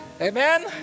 Amen